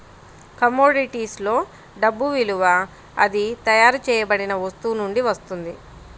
కమోడిటీస్లో డబ్బు విలువ అది తయారు చేయబడిన వస్తువు నుండి వస్తుంది